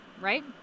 right